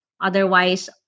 Otherwise